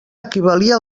equivalia